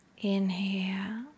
inhale